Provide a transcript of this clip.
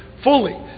Fully